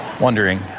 wondering